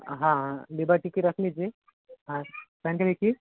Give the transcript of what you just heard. हाँ लिबर्टी के रख लीजिए हाँ पहन के देखिए